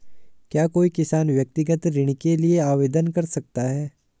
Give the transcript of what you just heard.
क्या कोई किसान व्यक्तिगत ऋण के लिए आवेदन कर सकता है?